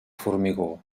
formigó